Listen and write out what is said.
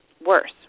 worse